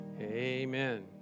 amen